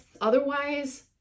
Otherwise